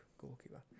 goalkeeper